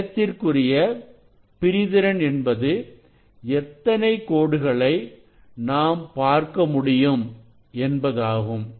நிறத்திற்குரிய பிரிதிறன் என்பது எத்தனை கோடுகளை நாம் பார்க்க முடியும் என்பதாகும்